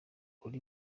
uri